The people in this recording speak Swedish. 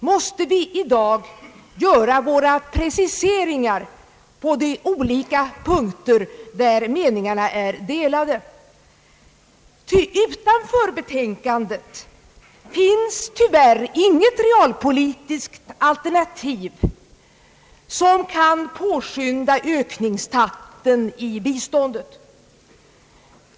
måste vi i dag göra våra preciseringar på de olika punkter där meningarna är delade. Ty utanför utlåtandet' finns tyvärr inget realpolitiskt alternativ: som kan påskynda ökningstakten i biståndet.